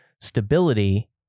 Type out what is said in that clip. stability